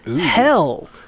Hell